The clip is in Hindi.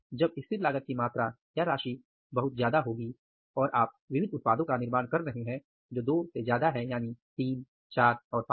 जब स्थिर लागत की मात्रा या राशि बहुत ज्यादा होगी और आप विविध उत्पादों का निर्माण कर रहे हैं जो 2 से ज्यादा हैं यानी तीन चार पांच